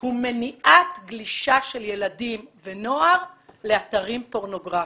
הוא מניעת גלישה של ילדים ונוער לאתרים פורנוגרפיים.